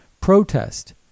protest